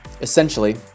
Essentially